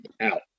out